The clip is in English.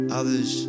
others